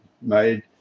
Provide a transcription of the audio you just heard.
made